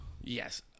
Yes